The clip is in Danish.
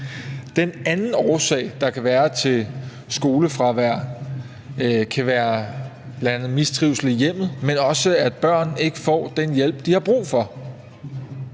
En anden årsag, der kan være til skolefravær, er mistrivsel i hjemmet, men også at børn ikke får den hjælp, de har brug for.